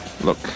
Look